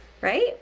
Right